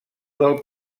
del